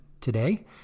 today